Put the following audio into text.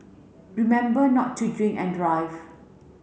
remember not to drink and drive